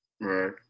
Right